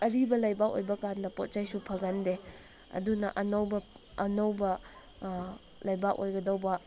ꯑꯔꯤꯕ ꯂꯩꯕꯥꯛ ꯑꯣꯏꯕ ꯀꯥꯟꯗ ꯄꯣꯠ ꯆꯩꯁꯨ ꯐꯒꯟꯗꯦ ꯑꯗꯨꯅ ꯑꯅꯧꯕ ꯑꯅꯧꯕ ꯂꯩꯕꯥꯛ ꯑꯣꯏꯒꯗꯕ